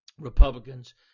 republicans